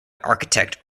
architect